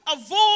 avoid